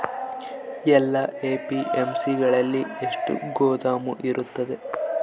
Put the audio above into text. ಎಲ್ಲಾ ಎ.ಪಿ.ಎಮ್.ಸಿ ಗಳಲ್ಲಿ ಎಷ್ಟು ಗೋದಾಮು ಇರುತ್ತವೆ?